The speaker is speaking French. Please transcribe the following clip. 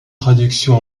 traduction